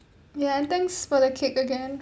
ya and thanks for the cake again